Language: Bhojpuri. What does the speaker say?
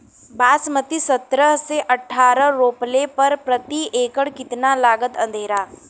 बासमती सत्रह से अठारह रोपले पर प्रति एकड़ कितना लागत अंधेरा?